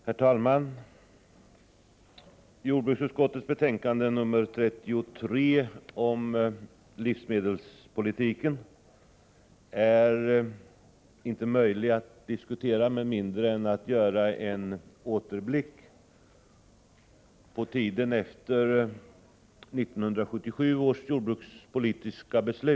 Herr talman! Jordbruksutskottets betänkande nr 33 om livsmedelspolitiken är inte möjligt att diskutera med mindre än att man gör en återblick på tiden efter 1977 års jordbrukspolitiska beslut.